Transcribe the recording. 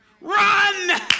run